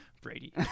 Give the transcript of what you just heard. Brady